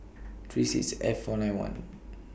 three six F four nine one